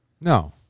No